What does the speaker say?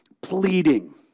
pleading